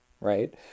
right